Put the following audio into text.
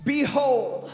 Behold